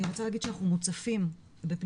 אני רוצה להגיד שאנחנו מוצפים בפניות,